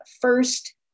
first